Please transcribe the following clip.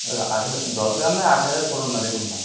আট হাজার দশ হাজার না আট হাজার করুন না দেখুন না